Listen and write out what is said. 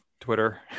Twitter